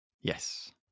Yes